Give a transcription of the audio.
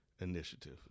initiative